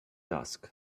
dusk